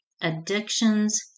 addictions